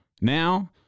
now